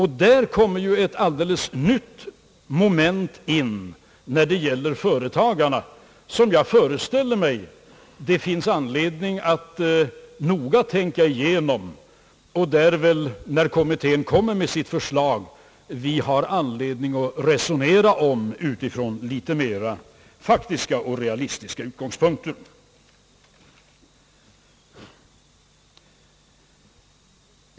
Här kommer ett alldeles nytt moment in när det gäller företagarna, och jag föreställer mig att det finns anledning noga tänka igenom det. När kommittén lägger fram sitt förslag har vi väl anledning att resonera om detta från litet mera faktiska och realistiska utgångspunkter.